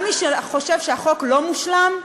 גם מי שחושב שהחוק לא מושלם,